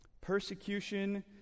Persecution